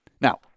Now